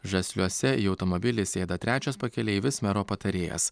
žasliuose į automobilį sėda trečias pakeleivis mero patarėjas